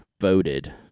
voted